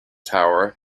tower